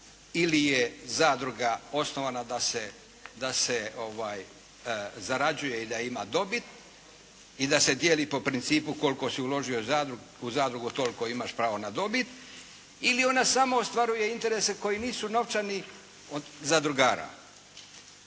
Ili je zadruga osnovana da se zarađuje i da ima dobit i da se dijeli po principu koliko si uložio u zadrugu toliko imaš pravo na dobit ili ona samo ostvaruje interese koji nisu novčani od zadrugara.